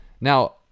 Now